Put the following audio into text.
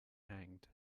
hanged